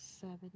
seven